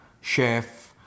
Chef